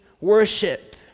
worship